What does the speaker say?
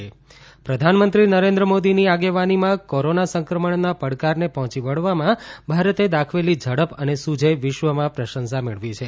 ત પ્રધાનમંત્રી નરેન્દ્ર મોદીની આગેવાનીમાં કોરોના સંક્રમણના પડકારને પહોચી વળવામાં ભારતે દાખવેલી ઝડપ અને સૂઝે વિશ્વમાં પ્રશંસા મેળવી છે